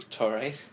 Alright